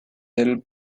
del